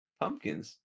pumpkins